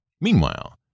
meanwhile